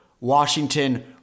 Washington